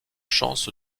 chance